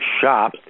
shop